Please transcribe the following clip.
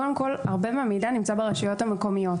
קודם כל, הרבה מהמידע נמצא ברשויות המקומיות.